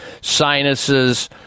sinuses